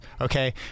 Okay